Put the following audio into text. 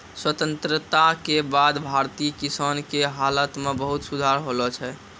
स्वतंत्रता के बाद भारतीय किसान के हालत मॅ बहुत सुधार होलो छै